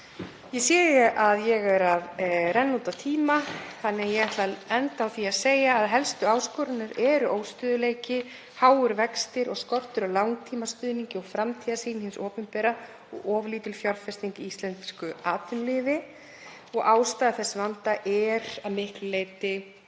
Ég sé að ég er að renna út á tíma þannig að ég ætla að enda á því að segja að helstu áskoranir eru óstöðugleiki, háir vextir og skortur á langtímastuðningi og framtíðarsýn hins opinbera og of lítil fjárfesting í íslensku atvinnulífi. Ástæður þess vanda eru að miklu leyti